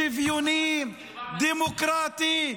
שוויוני, דמוקרטי.